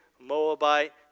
Moabite